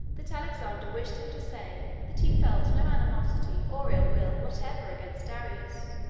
that alexander wished him to say that he felt no animosity or ill will whatever against darius.